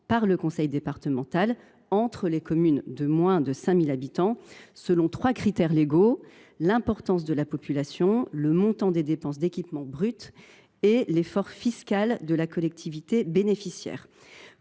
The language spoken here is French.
par le conseil départemental, entre les communes de moins de 5 000 habitants, selon trois critères légaux : l’importance de la population, le montant des dépenses d’équipement brut et l’effort fiscal de la collectivité bénéficiaire.